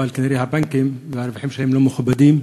אבל כנראה הבנקים והרווחים שלהם לא מכובדים.